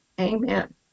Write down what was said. Amen